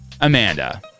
Amanda